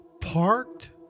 parked